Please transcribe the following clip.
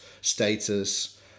status